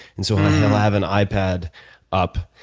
and so he'll have an ipad up,